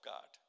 God